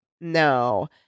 No